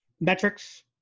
metrics